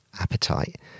appetite